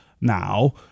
now